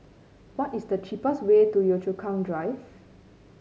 what is the cheapest way to Yio Chu Kang Drive